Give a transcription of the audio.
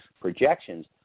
projections